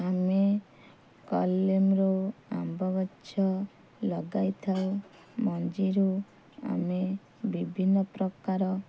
ଆମେ କଲିମରୁ ଆମ୍ବ ଗଛ ଲଗାଇଥାଉ ମଞ୍ଜିରୁ ଆମେ ବିଭିନ୍ନ ପ୍ରକାର